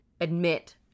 admit